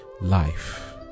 life